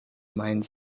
mines